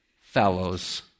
fellows